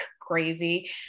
crazy